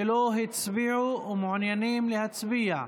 שלא הצביעו ומעוניינים להצביע?